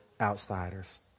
outsiders